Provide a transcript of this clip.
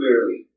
clearly